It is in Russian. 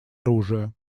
оружия